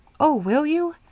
oh, will you?